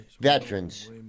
veterans